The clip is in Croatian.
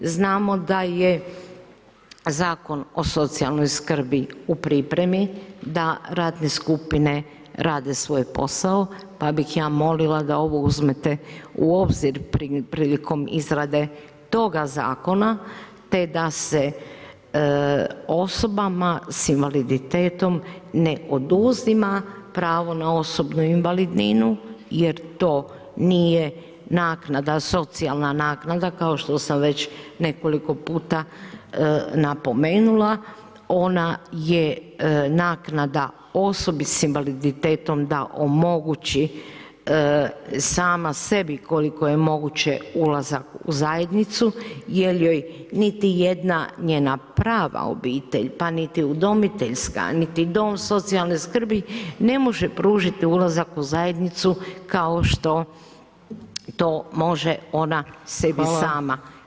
Znamo da je Zakon o socijalnoj skrbi u pripremi, da radne skupine rade svoj posao, pa bih ja molila da ovo uzmete u obzirom prilikom izrade toga zakona te da se osobama sa invaliditetom ne oduzima pravo na osobnu invalidninu jer to nije naknada, socijalna naknada kao što sam već nekoliko puta napomenula, ona je naknada osobi sa invaliditetom da omogući sama sebi koliko je moguće ulazak u zajednicu jer joj niti jedna njena prava obitelj pa niti udomiteljska, niti dom socijalne skrbi ne može pružiti ulazak u zajednicu kao što to može on sebi sama.